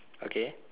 okay